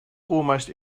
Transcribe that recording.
almost